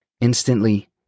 Instantly